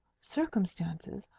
circumstances,